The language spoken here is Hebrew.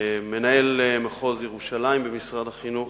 מנהל מחוז ירושלים במשרד החינוך,